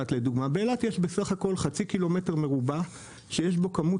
באילת יש בסך הכול חצי קילומטר מרובע שיש בו כמות